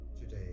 today